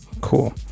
Cool